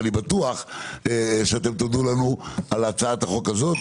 ואני בטוח שאתם תודו לנו על הצעת החוק הזאת.